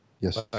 Yes